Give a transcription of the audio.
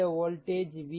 இந்த voltage v1